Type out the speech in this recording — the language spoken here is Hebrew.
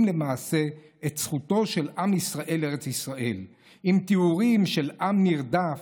למעשה את זכותו של עם ישראל לארץ ישראל עם תיאורים של עם נרדף